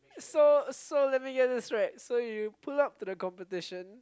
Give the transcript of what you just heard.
so so let me get this right so you pull up to the competition